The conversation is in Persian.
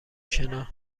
شنا